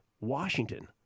Washington